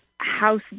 house